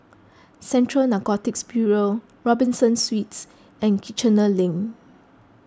Central Narcotics Bureau Robinson Suites and Kiichener Link